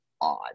odd